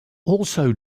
also